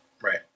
Right